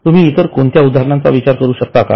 तुम्ही इतकोणत्या उदाहरणांचा विचार करू शकता का